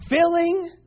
filling